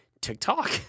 TikTok